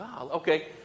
Okay